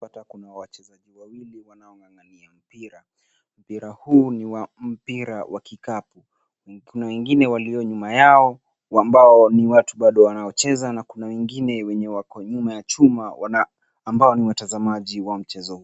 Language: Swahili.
Tunapata kuna wachezaji wawili wanaong'ang'ania mpira. Mpira huu ni wa mpira wa kikapu. Kuna wengine walio nyuma yao ambao ni watu bado wanaocheza na kuna wengine wako nyuma ya chuma ambao ni watazamaji wa mchezo huu.